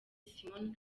simon